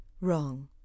Wrong